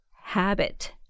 habit